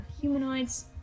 humanoids